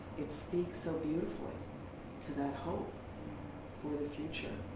it speaks so beautifully to that hope for the future.